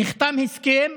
נחתם הסכם